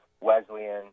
Wesleyan